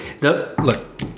look